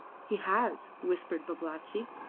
he has, whispered babalatchi.